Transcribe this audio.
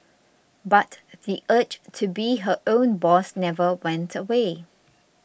but the urge to be her own boss never went away